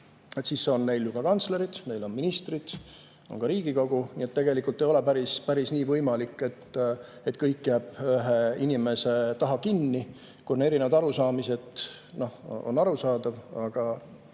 meil on ka kantslerid, meil on ministrid, ka Riigikogu. Nii et tegelikult ei ole päris nii võimalik, et kõik jääb ühe inimese taha kinni. Kui on erinevad arusaamised, siis see on arusaadav, aga